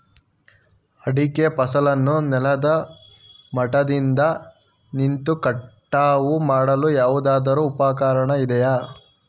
ಅಡಿಕೆ ಫಸಲನ್ನು ನೆಲದ ಮಟ್ಟದಿಂದ ನಿಂತು ಕಟಾವು ಮಾಡಲು ಯಾವುದಾದರು ಉಪಕರಣ ಇದೆಯಾ?